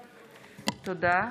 תודה.